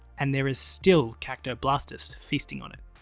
and there is still cactoblastis feasting on it.